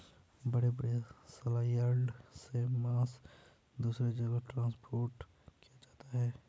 बड़े बड़े सलयार्ड से मांस दूसरे जगह ट्रांसपोर्ट किया जाता है